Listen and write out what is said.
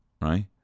right